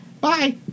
Bye